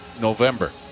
November